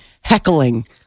heckling